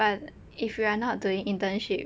but if we are not doing internship